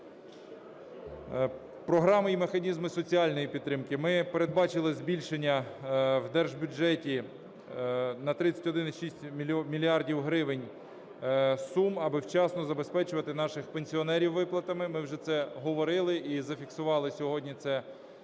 Програми і механізми соціальної підтримки. Ми передбачили збільшення в держбюджеті на 31,6 мільярдів гривень сум, аби вчасно забезпечувати наших пенсіонерів виплатами. Ми вже це говорили і зафіксували сьогодні це